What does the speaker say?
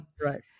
right